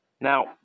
Now